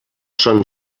són